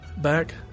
Back